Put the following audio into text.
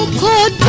good